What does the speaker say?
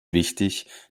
wichtig